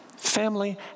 Family